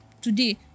today